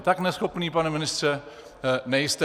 Tak neschopný, pane ministře, nejste.